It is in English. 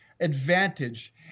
Advantage